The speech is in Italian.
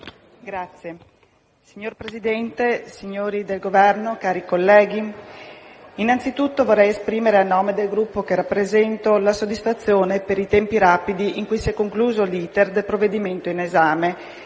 Signor Presidente, signori del Governo, colleghi, innanzitutto vorrei esprimere a nome del Gruppo che rappresento la soddisfazione per i tempi rapidi in cui si è concluso l'*iter* del provvedimento in esame